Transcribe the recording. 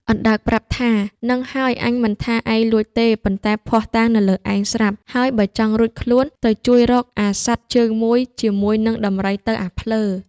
អណ្ដើកប្រាប់ថា៖ "ហ្នឹងហើយអញមិនថាឯងលួចទេ ប៉ុន្តែភស្តុតាងនៅលើឯងស្រាប់ ហើយបើចង់រួចខ្លួនទៅ ជួយរកអាសត្វជើងមួយជាមួយនឹងដំរីទៅ អាភ្លើ"។